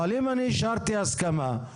אבל אם אישרתי הסכמה,